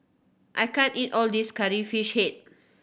I can't eat all this Curry Fish Head